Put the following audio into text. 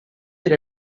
that